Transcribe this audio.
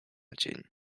dzień